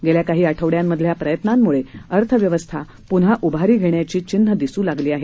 गेल्या काही आठवड्यांमधल्या प्रयत्नांमुळे अर्थव्यवस्था पून्हा उभारी धेण्याची चिन्हं दिसू लागली आहेत